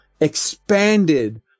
expanded